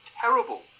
terrible